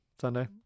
Sunday